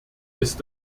ist